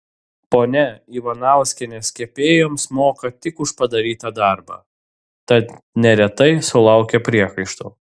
ponia ivanauskienės kepėjoms moka tik už padarytą darbą tad neretai sulaukia priekaištų